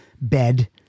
bed